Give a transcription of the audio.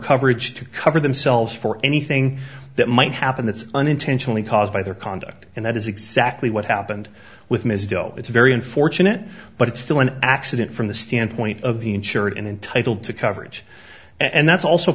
coverage to cover themselves for anything that might happen that's unintentionally caused by their conduct and that is exactly what happened with ms doe it's very unfortunate but it's still an accident from the standpoint of the insured and entitled to coverage and that's also